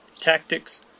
tactics